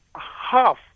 half